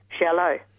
shallow